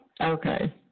Okay